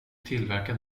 tillverka